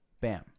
Bam